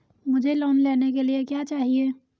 मुझे लोन लेने के लिए क्या चाहिए?